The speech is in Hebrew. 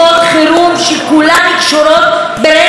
שכולן קשורות ברצח נשים,